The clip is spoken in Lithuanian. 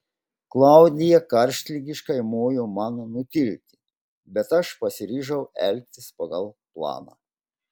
klaudija karštligiškai mojo man nutilti bet aš pasiryžau elgtis pagal planą